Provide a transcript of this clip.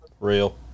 Real